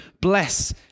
bless